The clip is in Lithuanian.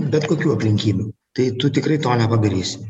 bet kokių aplinkybių tai tu tikrai to nepadarysi